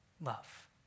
love